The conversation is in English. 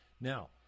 Now